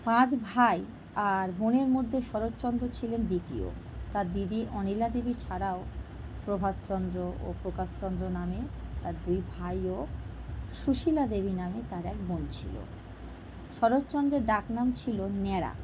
পাঁচ ভাই আর বোনের মধ্যে শরৎচন্দ্র ছিলেন দ্বিতীয় তার দিদি অনিলা দেবী ছাড়াও প্রভাসচন্দ্র ও প্রকাশচন্দ্র নামে তার দুই ভাই ও সুশীলা দেবী নামে তার এক বোন ছিলো শরৎচন্দ্রের ডাক নাম ছিলো ন্যাড়া